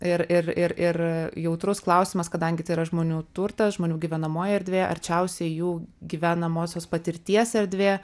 ir ir ir ir jautrus klausimas kadangi tai yra žmonių turtas žmonių gyvenamoji erdvė arčiausiai jų gyvenamosios patirties erdvė